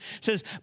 says